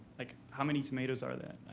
like, how many tomatoes are that?